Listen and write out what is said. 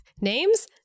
Names